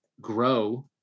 grow